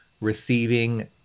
receiving